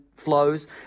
flows